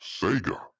Sega